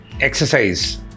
exercise